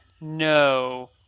No